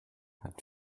hat